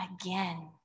again